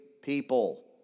people